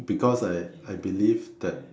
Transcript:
because I I believe that